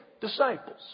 disciples